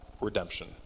redemption